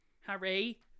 Harry